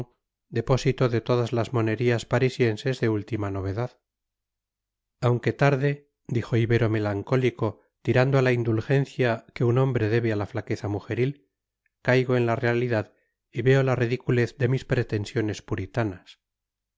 depósito de todas las monerías parisienses de última novedad aunque tarde dijo ibero melancólico tirando a la indulgencia que un hombre debe a la flaqueza mujeril caigo en la realidad y veo la ridiculez de mis pretensiones puritanas